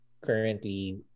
currently